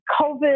COVID